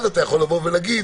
אז אתה יכול לבוא ולהגיד